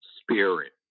spirit